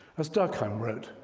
as durkheim wrote,